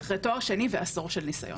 וזה אחרי תואר שני ועשור של ניסיון.